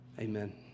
Amen